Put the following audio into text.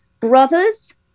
brothers